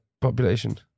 population